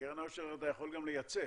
קרן עושר אתה יכול גם לייצא,